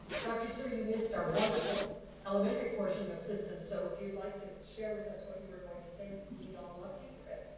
dr. suhr you missed our wonderful elementary portion of systems so if you'd like to share with us what you were going to say, we'd all love to hear it.